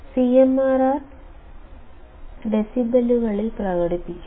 CMRR ഡെസിബെലുകളിൽ പ്രകടിപ്പിക്കുന്നു